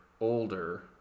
older